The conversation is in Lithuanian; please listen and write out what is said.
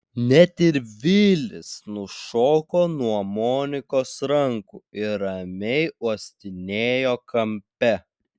net ir vilis nušoko nuo monikos rankų ir ramiai uostinėjo kampe